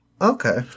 Okay